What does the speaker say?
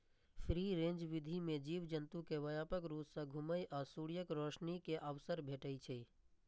free range विधि मे जीव जंतु कें व्यापक रूप सं घुमै आ सूर्यक रोशनी के अवसर भेटै छै